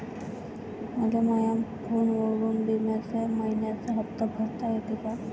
मले माया फोनवरून बिम्याचा मइन्याचा हप्ता भरता येते का?